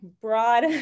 broad